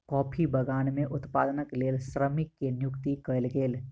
coffee बगान में उत्पादनक लेल श्रमिक के नियुक्ति कयल गेल